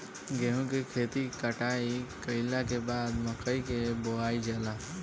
गेहूं के खेती कटाई कइला के बाद मकई के बोअल जाला